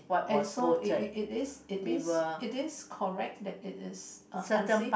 and so it it it is it is it is correct that it is uh unsafe